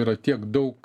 yra tiek daug